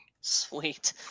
Sweet